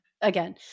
Again